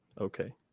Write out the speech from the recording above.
okay